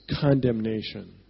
condemnation